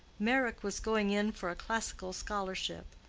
meyrick was going in for a classical scholarship,